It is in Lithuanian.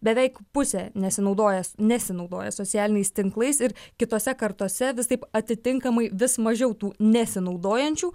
beveik pusė nesinaudoja nesinaudoja socialiniais tinklais ir kitose kartose vis taip atitinkamai vis mažiau tų nesinaudojančių